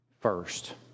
first